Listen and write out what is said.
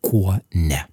kuo ne